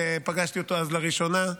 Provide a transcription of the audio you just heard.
שפגשתי אותו אז לראשונה.